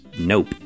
Nope